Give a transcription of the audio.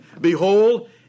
Behold